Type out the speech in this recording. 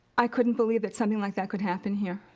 i couldn't believe that something like that could happen here.